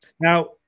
Now